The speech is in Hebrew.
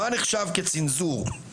מה נחשב כצנזור?